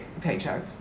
paycheck